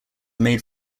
made